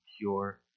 pure